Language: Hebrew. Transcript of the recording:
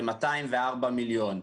זה 204 מיליון.